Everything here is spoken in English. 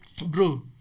Bro